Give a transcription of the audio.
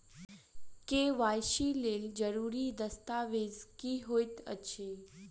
KYC लेल जरूरी दस्तावेज की होइत अछि?